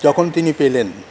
যখন তিনি পেলেন